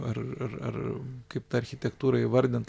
ar ar ar kaip tą architektūrą įvardint